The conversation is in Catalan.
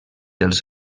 els